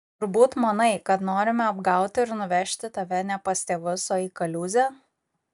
turbūt manai kad norime apgauti ir nuvežti tave ne pas tėvus o į kaliūzę